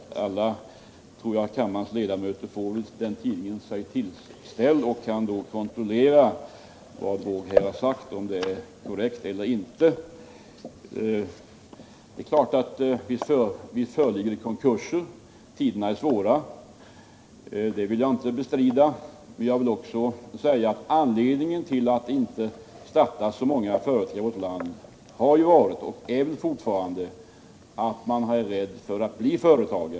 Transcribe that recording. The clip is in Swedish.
Alla kammarens ledamöter torde få den tidningen, och de kan kontrollera om det Nils Erik Wååg här har sagt är korrekt eller inte. Jag vill inte bestrida att det förekommer konkurser — tiderna är ju svåra — men jag vill tillägga att anledningen till att det inte startas så många företag i vårt land har varit och fortfarande är att man är rädd för att bli företagare.